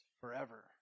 forever